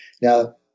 Now